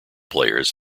players